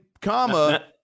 comma